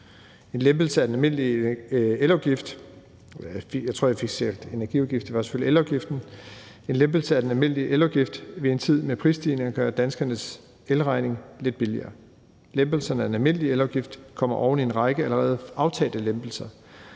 En lempelse af den almindelige elafgift vil i en tid med prisstigninger gøre danskernes elregning lidt billigere. Lempelsen af den almindelige elafgift kommer oven i en række allerede aftalte lempelser,